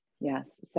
Yes